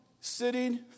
sitting